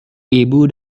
ibu